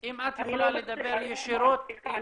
אם את יכולה לדבר ישירות --- סליחה,